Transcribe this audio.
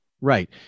Right